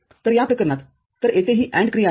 तर या प्रकरणाततर येथे ही AND क्रिया आहे